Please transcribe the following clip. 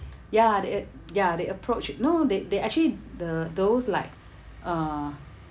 ya they ya they approach no they they actually the those like uh